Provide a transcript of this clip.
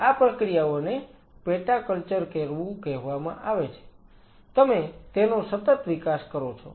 આ પ્રક્રિયાઓને પેટા કલ્ચર કરવું કહેવામાં આવે છે તમે તેનો સતત વિકાસ કરો છો